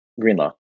Greenlaw